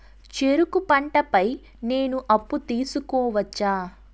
చెరుకు పంట పై నేను అప్పు తీసుకోవచ్చా?